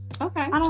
Okay